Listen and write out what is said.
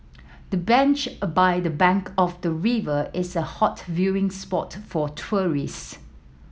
the bench by a the bank of the river is a hot viewing spot for tourists